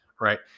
right